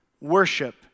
Worship